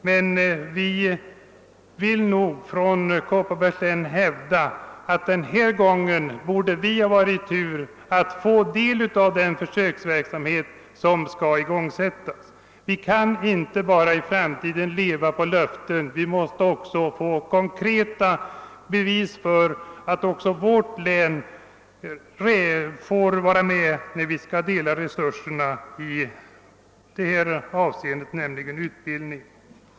Men vi i Kopparbergs län vill nog ändå hävda, att den här gången borde vi ha varit i tur att få del av den försöksverksamhet som skall igångsättas. Vi kan inte i framtiden bara leva på löften — vi måste också få konkreta bevis för att vårt län kommer med vid fördelningen av bl.a. utbildningsresurserna.